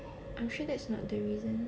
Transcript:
I'm sure that's not the reason